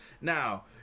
Now